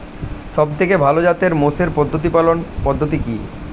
সবথেকে ভালো জাতের মোষের প্রতিপালন পদ্ধতি কি?